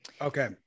Okay